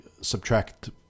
subtract